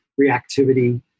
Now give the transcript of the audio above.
reactivity